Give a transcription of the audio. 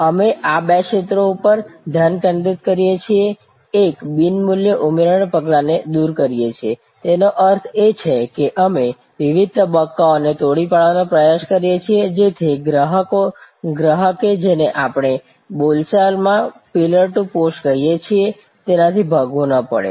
અમે આ બે ક્ષેત્રો પર ધ્યાન કેન્દ્રિત કરીએ છીએ એક બિન મૂલ્ય ઉમેરણ પગલાંને દૂર કરી રહ્યું છે તેનો અર્થ એ છે કે અમે વિવિધ તબક્કાઓને તોડી પાડવાનો પ્રયાસ કરીએ છીએ જેથી ગ્રાહકે જેને આપણે બોલચાલમાં પિલર ટુ પોસ્ટ કહીએ છીએ તેનાથી ભાગવું ન પડે